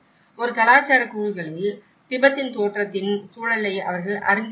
ஒரு கலாச்சார கூறுகளில் திபெத்தின் தோற்றத்தின் சூழலை அவர்கள் அறிந்திருக்கிறார்கள்